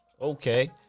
okay